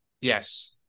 Yes